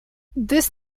this